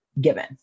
given